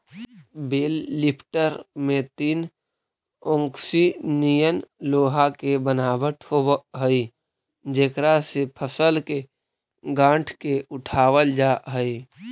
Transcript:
बेल lifter में तीन ओंकसी निअन लोहा के बनावट होवऽ हई जेकरा से फसल के गाँठ के उठावल जा हई